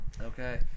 Okay